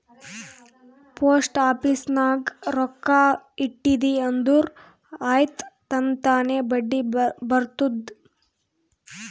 post office ನಾಗ್ ರೊಕ್ಕಾ ಇಟ್ಟಿದಿ ಅಂದುರ್ ಆಯ್ತ್ ತನ್ತಾನೇ ಬಡ್ಡಿ ಬರ್ತುದ್